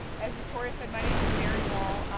as victoria said, my name is mary wall.